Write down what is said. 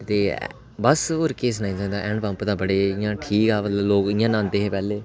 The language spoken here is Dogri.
ते बस होर केह् सुनाई सकनां हैंड पम्प दा बड़ा ठीक हा लोक पैह्लै इयां न्हांदे हे पैह्लें